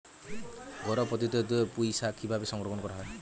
ঘরোয়া পদ্ধতিতে পুই শাক কিভাবে সংরক্ষণ করা হয়?